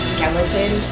Skeleton